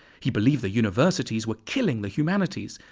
he believed the universities were killing the humanities,